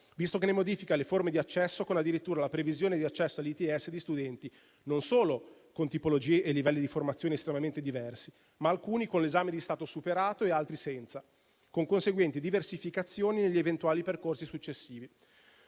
visto che ne modifica le forme di accesso, addirittura con la previsione di accesso agli ITS di studenti non solo con tipologie e livelli di formazione estremamente diversi, ma alcuni con l'esame di Stato superato e altri senza, con conseguenti diversificazioni negli eventuali percorsi successivi.